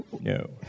No